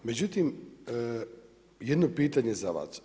Međutim, jedno pitanje za vas.